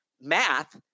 math